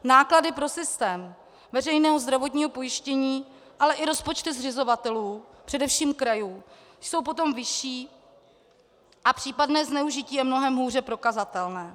Náklady pro systém veřejného zdravotního pojištění, ale i rozpočty zřizovatelů, především krajů, jsou potom vyšší a případné zneužití je mnohem hůře prokazatelné.